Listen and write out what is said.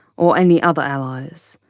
or any other allies.